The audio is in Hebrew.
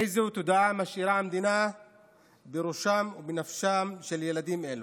איזו תודעה משאירה המדינה בראשם ובנפשם של ילדים אלה?